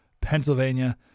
Pennsylvania